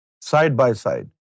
side-by-side